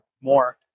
more